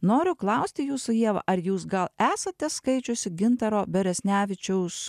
noriu klausti jūsų ieva ar jūs gal esate skaičiusi gintaro beresnevičiaus